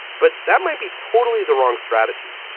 but that might be totally the wrong strategy.